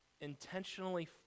Intentionally